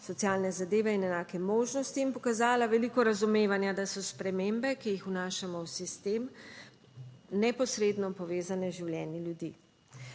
socialne zadeve in enake možnosti in pokazala veliko razumevanja, da so spremembe, ki jih vnašamo v sistem, neposredno povezane z življenji ljudi.